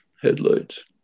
headlights